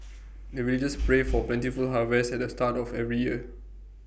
the villagers pray for plentiful harvest at the start of every year